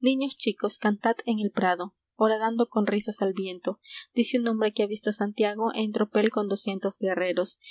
niños chicos cantad en el prado horadando con risas al viento í u dice un hombre que ha visto a santiago en tropel con doscientos guerreros